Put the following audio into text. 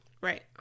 Right